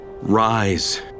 Rise